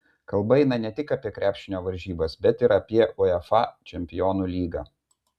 kalba eina ne tik apie krepšinio varžybas bet ir apie uefa čempionų lygą